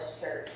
Church